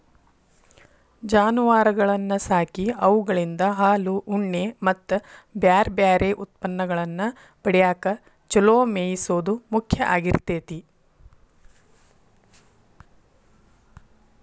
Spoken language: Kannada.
ಜಾನುವಾರಗಳನ್ನ ಸಾಕಿ ಅವುಗಳಿಂದ ಹಾಲು, ಉಣ್ಣೆ ಮತ್ತ್ ಬ್ಯಾರ್ಬ್ಯಾರೇ ಉತ್ಪನ್ನಗಳನ್ನ ಪಡ್ಯಾಕ ಚೊಲೋ ಮೇಯಿಸೋದು ಮುಖ್ಯ ಆಗಿರ್ತೇತಿ